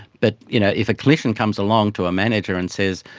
but you know if a clinician comes along to a manager and says,